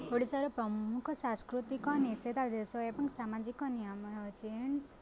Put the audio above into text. ଓଡିଶାର ପ୍ରମୁଖ ସାଂସ୍କୃତିକ ନିଷେଧାଦେଶ ଏବଂ ସାମାଜିକ ନିୟମ ହେଉଛି